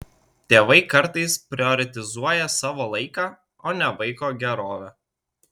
tėvai kartais prioritizuoja savo laiką o ne vaiko gerovę